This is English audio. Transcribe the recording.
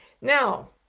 Now